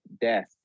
death